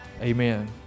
Amen